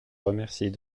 remercie